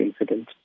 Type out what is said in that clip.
incident